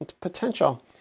potential